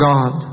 God